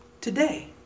today